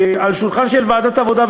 על שולחנה של ועדת העבודה,